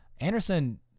Anderson